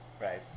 Right